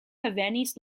revenis